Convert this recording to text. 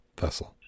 vessel